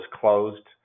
closed